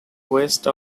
waste